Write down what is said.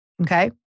Okay